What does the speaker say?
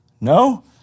No